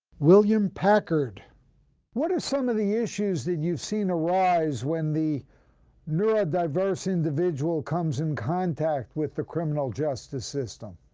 william packard what are some of the issues that you've seen arise when the neurodiverse individual comes in contact with the criminal justice system?